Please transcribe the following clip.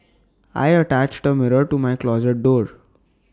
I attached the mirror to my closet door